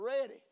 ready